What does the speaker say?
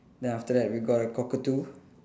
then after that we got a cockatoo